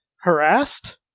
harassed